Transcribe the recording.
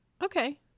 Okay